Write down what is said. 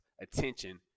attention